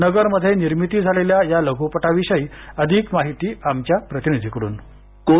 नगरमध्ये निर्मिती झालेल्या या लघ्रपटांविषयी अधिक माहिती आमच्या प्रतिनिधीकड्न